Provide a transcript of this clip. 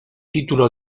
título